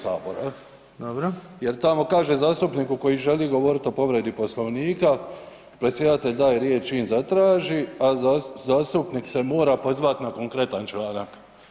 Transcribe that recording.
Sabora [[Upadica predsjednik: Dobro.]] Jer tamo kaže zastupniku koji želi govoriti o povredi Poslovnika, predsjedatelj daje riječ čim zatraži a zastupnik se mora pozvat na konkretan članak.